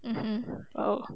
mmhmm oh